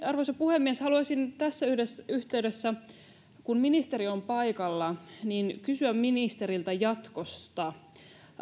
arvoisa puhemies haluaisin tässä yhteydessä yhteydessä kun ministeri on paikalla kysyä ministeriltä jatkosta